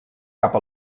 cap